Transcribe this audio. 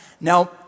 Now